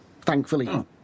thankfully